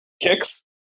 Kicks